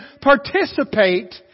participate